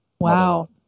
Wow